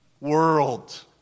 world